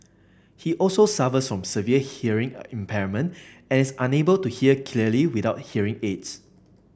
he also suffers from severe hearing impairment and is unable to hear clearly without hearing aids